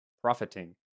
profiting